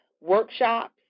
workshops